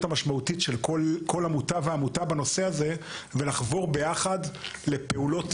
המשמעותית של כל עמותה ועמותה בנושא הזה ולחבור ביחד לפעולות